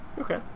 Okay